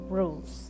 rules